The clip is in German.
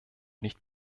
nicht